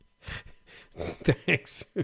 Thanks